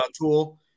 tool